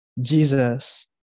Jesus